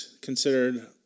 considered